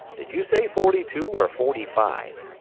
did ye say forty-two or forty-five?